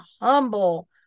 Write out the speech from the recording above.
humble